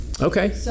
Okay